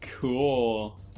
cool